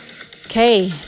Okay